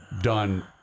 done